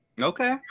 Okay